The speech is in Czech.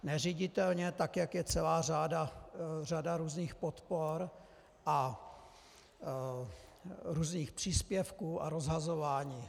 Neřiditelně, tak jak je celá řada různých podpor a různých příspěvků a rozhazování.